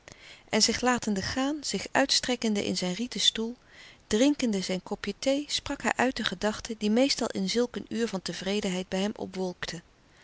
en zich latende gaan zich uitstrekkende in zijn rieten stoel drinkende zijn kopje thee sprak hij uit de gedachten die meestal in zulk een uur van tevredenheid bij hem